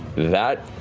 that,